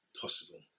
possible